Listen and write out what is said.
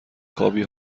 خوابی